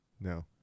No